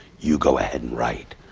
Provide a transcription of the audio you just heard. you go ahead and write.